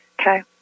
Okay